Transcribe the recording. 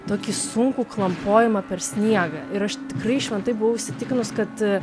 tokį sunkų klampojimą per sniegą ir aš tikrai šventai buvau įsitikinus kad